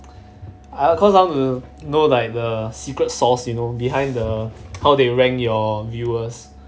cause I want to know like the secret sauce you know behind the how they rank your viewers